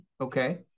Okay